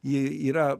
ji yra